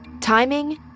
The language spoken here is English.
timing